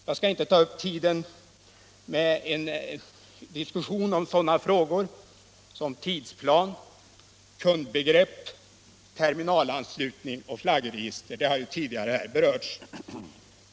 Jag skall inte ta upp tiden med en diskussion om sådana frågor som tidsplan, kundbegrepp, terminalanslutning och flaggregister; de har ju tidigare berörts här.